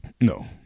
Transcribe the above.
No